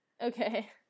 Okay